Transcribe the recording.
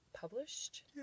published